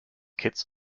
kitts